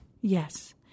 Yes